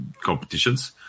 competitions